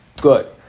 Good